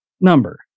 number